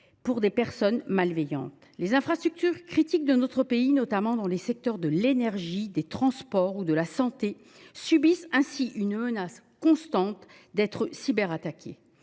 pour des personnes malveillantes. Les infrastructures critiques de notre pays, notamment dans les secteurs de l’énergie, des transports ou de la santé, subissent ainsi une menace constante. Les